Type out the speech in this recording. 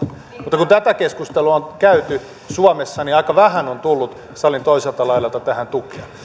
mutta kun tätä keskustelua on käyty suomessa niin aika vähän on tullut salin toiselta laidalta tähän tukea